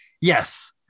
yes